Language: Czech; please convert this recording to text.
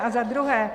A za druhé.